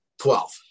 Twelve